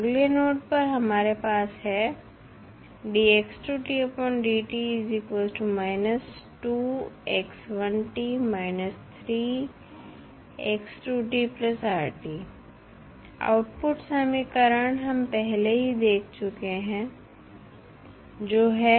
अगले नोड पर हमारे पास है आउटपुट समीकरण हम पहले ही देख चुके हैं जो है